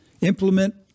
implement